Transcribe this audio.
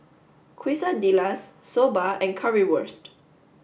Quesadillas Soba and Currywurst